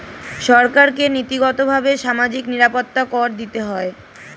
সরকারকে নীতিগতভাবে সামাজিক নিরাপত্তা কর দিতে হয়